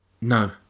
no